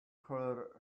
could